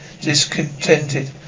discontented